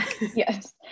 Yes